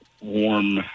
warm